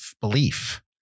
belief